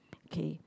okay